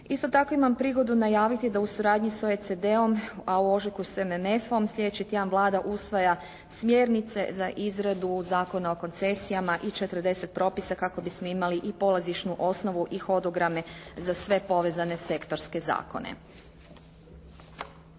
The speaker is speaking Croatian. Isto tako imam prigodu najaviti da u suradnji sa OECD-om a u ožujku sa MMF-om sljedeći tjedan Vlada usvaja smjernice za izradu Zakona o koncesijama i 40 propisa kako bismo imali i polazišnu osnovu i hodograme za sve povezane sektorske zakone.